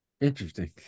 Interesting